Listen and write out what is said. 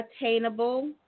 attainable